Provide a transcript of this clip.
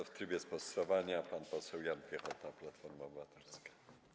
W trybie sprostowania pan poseł Jan Piechota, Platforma Obywatelska.